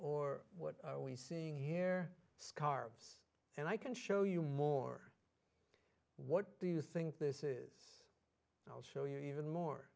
or what are we seeing here scarves and i can show you more what do you think this is and i'll show you even more